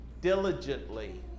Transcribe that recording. diligently